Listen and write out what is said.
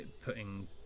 putting